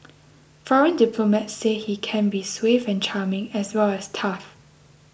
foreign diplomats say he can be suave and charming as well as tough